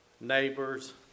neighbors